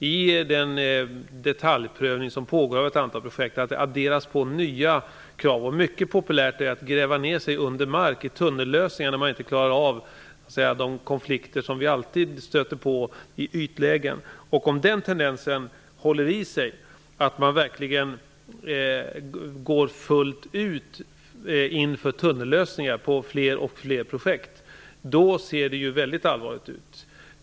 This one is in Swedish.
I den detaljprövning som pågår av ett antal projekt finner man att det adderas nya krav. Det är mycket populärt att gräva ner vägarna under mark, att ha tunnellösningar, när man så att säga inte klarar av de konflikter som alltid finns i ytlägen. Det är allvarligt om tendensen att man går in för tunnellösningar på fler och fler projekt håller i sig. Fru talman!